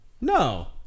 No